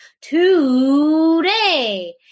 today